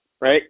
Right